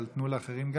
אבל תנו גם לאחרים,